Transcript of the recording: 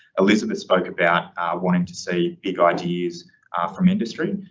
elizabeth spoke about wanting to see big ideas from industry.